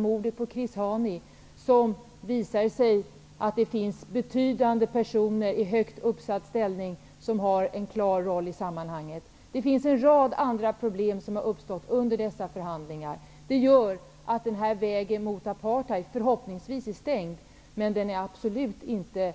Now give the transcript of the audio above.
Mordet på Chris Hani visade att betydande personer i högt uppsatt ställning finns med i sammanhanget. Det finns en rad andra problem som har uppstått under dessa förhandlingar. Förhoppningsvis är vägen mot apartheid stängd, men det är absolut inte